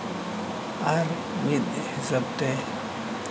ᱟᱨ ᱢᱤᱫ ᱦᱤᱥᱟᱹᱵᱽᱛᱮ